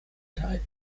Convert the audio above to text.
teil